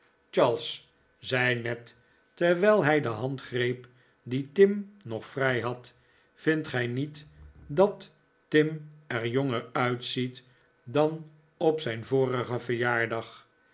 zei ned terwijl hij de hand greep die tim nog vrij had vindt gij niet dat tim er jonger uitziet dan op zijn vorigen verjaardag